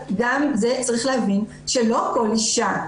צריך להבין שלא כל אישה,